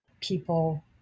people